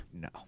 No